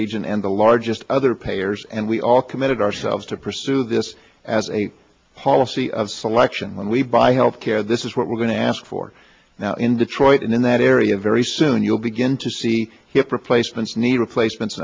region and the largest other payers and we all committed ourselves to pursue this as a policy of selection when we buy health care this is what we're going to ask for now in detroit in that area very soon you'll begin to see hip replacements knee replacements